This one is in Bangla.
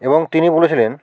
এবং তিনি বলেছিলেন